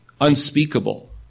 unspeakable